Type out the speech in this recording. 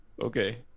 okay